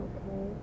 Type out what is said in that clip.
Okay